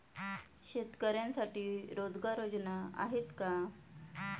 शेतकऱ्यांसाठी रोजगार योजना आहेत का?